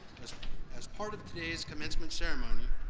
as part of today's commencement ceremony,